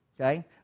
okay